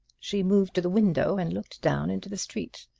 she moved to the window and looked down into the street.